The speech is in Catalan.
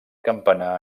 campanar